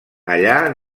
allà